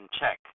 check